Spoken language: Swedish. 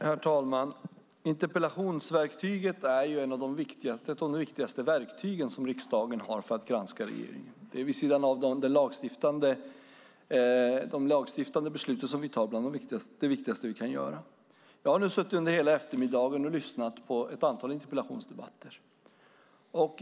Herr talman! Interpellationsverktyget är ett av de viktigaste verktyg som riksdagen har för att granska regeringen. Det är vid sidan av de lagstiftande beslut som vi fattar bland det viktigaste vi kan göra. Jag har nu under hela eftermiddagen suttit och lyssnat på ett antal interpellationsdebatter.